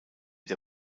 der